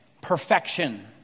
Perfection